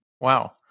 Wow